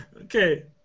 Okay